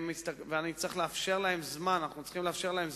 אנחנו צריכים לאפשר להם זמן להתארגנות.